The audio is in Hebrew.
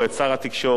שר התקשורת,